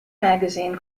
magazine